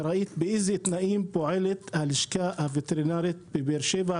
וראית באיזה תנאים פועלת הלשכה הווטרינרית בבאר שבע,